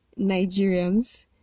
Nigerians